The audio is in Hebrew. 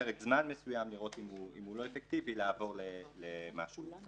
לפרק זמן מסוים ואם רואים שהוא לא אפקטיבי אז לעבור למשהו אחר.